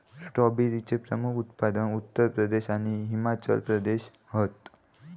स्ट्रॉबेरीचे प्रमुख उत्पादक उत्तर प्रदेश आणि हिमाचल प्रदेश हत